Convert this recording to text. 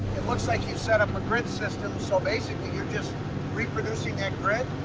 it looks like you've set up a grid system, so basically, you're just reproducing that grid.